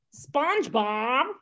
Spongebob